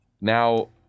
Now